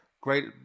Great